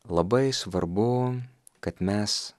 labai svarbu kad mes